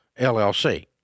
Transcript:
LLC